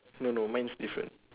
no no mine's different